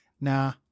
Nah